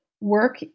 work